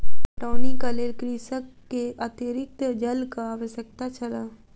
पटौनीक लेल कृषक के अतरिक्त जलक आवश्यकता छल